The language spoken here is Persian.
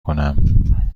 کنم